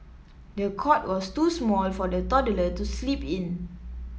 the cot was too small for the toddler to sleep in